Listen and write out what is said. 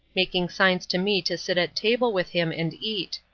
making signs to me to sit at table with him and eat.